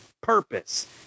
purpose